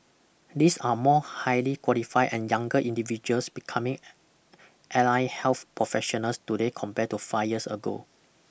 these are more highly qualified and younger individuals becoming ally health professionals today compare to five years ago